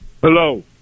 Hello